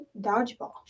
dodgeball